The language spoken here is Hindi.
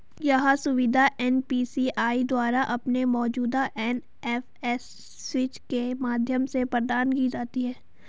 यह सुविधा एन.पी.सी.आई द्वारा अपने मौजूदा एन.एफ.एस स्विच के माध्यम से प्रदान की जाती है